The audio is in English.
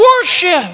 worship